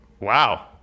Wow